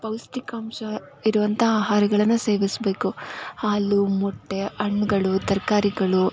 ಪೌಷ್ಠಿಕಾಂಶ ಇರುವಂಥ ಆಹಾರಗಳನ್ನು ಸೇವಿಸಬೇಕು ಹಾಲು ಮೊಟ್ಟೆ ಹಣ್ಗಳು ತರಕಾರಿಗಳು